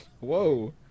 Whoa